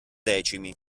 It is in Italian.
decimi